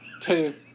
two